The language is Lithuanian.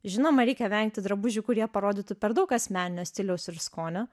žinoma reikia vengti drabužių kurie parodytų per daug asmeninio stiliaus ir skonio